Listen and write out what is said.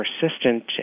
persistent